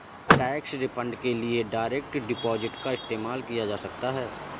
tax refund के लिए direct deposit का इस्तेमाल किया जा सकता हैं